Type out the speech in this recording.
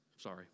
Sorry